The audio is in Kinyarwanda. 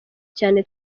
cyane